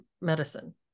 medicine